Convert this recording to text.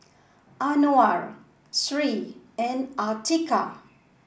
Anuar Sri and Atiqah